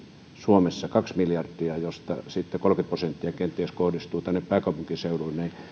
suomessa kaksi miljardia josta sitten kolmekymmentä prosenttia kenties kohdistuu tänne pääkaupunkiseudulle